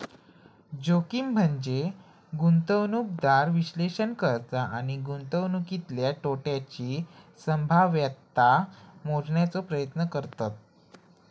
जोखीम म्हनजे गुंतवणूकदार विश्लेषण करता आणि गुंतवणुकीतल्या तोट्याची संभाव्यता मोजण्याचो प्रयत्न करतत